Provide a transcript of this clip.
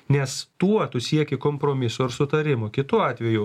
nes tuo tu sieki kompromiso ir sutarimo kitu atveju